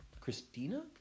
Christina